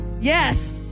Yes